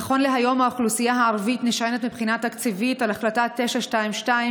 נכון להיום האוכלוסייה הערבית נשענת מבחינה תקציבית על החלטה 922,